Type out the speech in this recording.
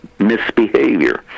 misbehavior